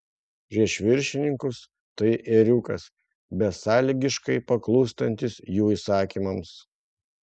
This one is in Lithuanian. prieš viršininkus tai ėriukas besąlygiškai paklūstantis jų įsakymams